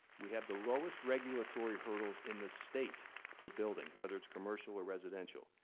we have the lowest regulatory hurdles in the state for building, whether it's commercial or residential.